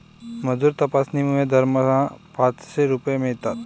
मजूर तपासणीमुळे दरमहा पाचशे रुपये मिळतात